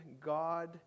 God